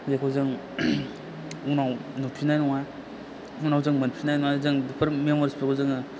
बेखौ जों उनाव नुफिन्नाय नङा उनाव जों मोनफिन्नाय नङा जों बेफोर मेमरिसफोरखौ जोङो